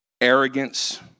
arrogance